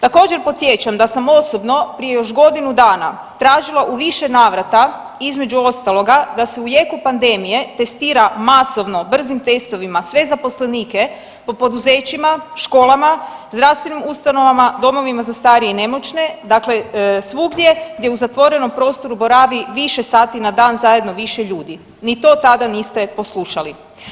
Također podsjećam da sam osobno prije još godinu dana tražila u više navrata između ostaloga da se u jeku pandemije testira masovno brzim testovima sve zaposlenike po poduzećima, školama, zdravstvenim ustanovama, domovima za starije i nemoćne dakle svugdje gdje u zatvorenom prostoru boravi više sati na dan zajedno više ljudi, ni to tada niste poslušali.